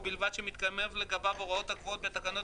ובלבד שמתקיימות לגביו ההוראות הקבועות בתקנות